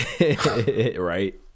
right